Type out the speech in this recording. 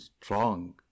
strong